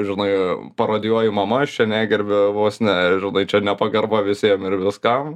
žinai parodijuoju mamas čia negerbiu vos ne žinai čia nepagarba visiem ir viskam